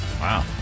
Wow